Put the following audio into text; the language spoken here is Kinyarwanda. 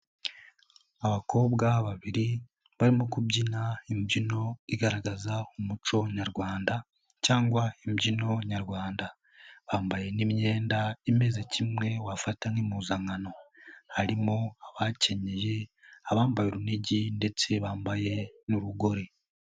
Abakobwa babiri barimo kubyina imbyino igaragaza umuco nyarwanda cyangwa imbyino nyarwanda, bambaye n'imyenda imeze kimwe wafata nk'impuzankano, harimo abakenyeye, abambaye urunigi ndetse bambaye n'urugori.